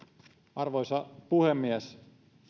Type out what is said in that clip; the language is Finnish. arvoisa puhemies